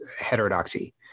heterodoxy